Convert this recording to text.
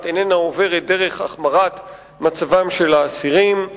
איננה עוברת דרך החמרת מצבם של האסירים.